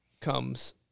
comes